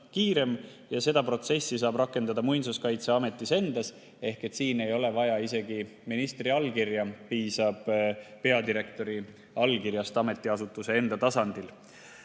ja seda protsessi saab rakendada Muinsuskaitseametis endas. Siin ei ole vaja isegi ministri allkirja, piisab peadirektori allkirjast ametiasutuse enda tasandil.